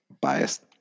biased